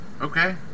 Okay